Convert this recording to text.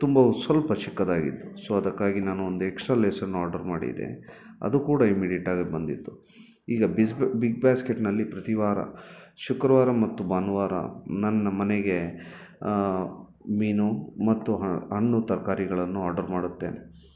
ತುಂಬವೂ ಸ್ವಲ್ಪ ಚಿಕ್ಕದಾಗಿತ್ತು ಸೊ ಅದಕ್ಕಾಗಿ ನಾನು ಒಂದು ಎಕ್ಸ್ಟ್ರಾ ಲೇಸನ್ನು ಆರ್ಡರ್ ಮಾಡಿದೆ ಅದು ಕೂಡ ಇಮಿಡಿಯೇಟಾಗೆ ಬಂದಿತ್ತು ಈಗ ಬಿಸ್ ಬಿಗ್ ಬಾಸ್ಕೆಟ್ನಲ್ಲಿ ಪ್ರತಿವಾರ ಶುಕ್ರವಾರ ಮತ್ತು ಭಾನುವಾರ ನನ್ನ ಮನೆಗೆ ಮೀನು ಮತ್ತು ಹಣ್ಣು ತರಕಾರಿಗಳನ್ನು ಆರ್ಡರ್ ಮಾಡುತ್ತೇನೆ